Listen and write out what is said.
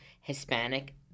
Hispanic